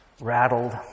rattled